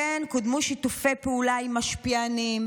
כמו כן קודמו שיתופי פעולה עם משפיענים,